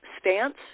stance